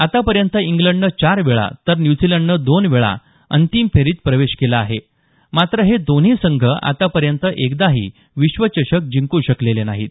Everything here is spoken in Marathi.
आतापर्यंत इंग्लंडनं चारवेळा तर न्यूझीलंडनं दोनवेळा अंतिम फेरीत प्रवेश केला मात्र हे दोन्ही संघ आतापर्यंत एकदाही विश्वचषक जिंकू शकलेले नाहीत